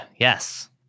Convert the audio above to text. yes